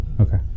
Okay